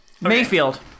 Mayfield